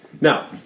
Now